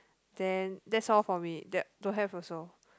then that's all for me that don't have also